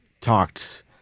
talked